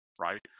right